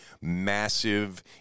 massive